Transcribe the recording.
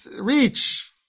reach